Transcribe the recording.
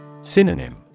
Synonym